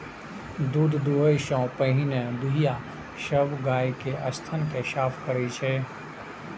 दूध दुहै सं पहिने दुधिया सब गाय के थन कें साफ करै छै